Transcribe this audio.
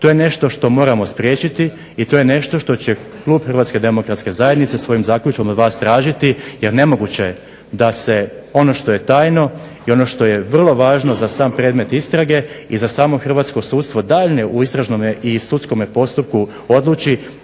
To je nešto što moramo spriječiti i to je nešto što će klub Hrvatske demokratske zajednice svojim zaključkom od vas tražiti jer nemoguće je da se ono što je tajno i ono što je vrlo važno za sam predmet istrage i za samo hrvatsko sudstvo daljnje u istražnom i sudskom postupku odluči